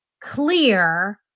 clear